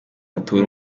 batore